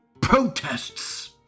protests